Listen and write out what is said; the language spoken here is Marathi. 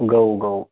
गहू गहू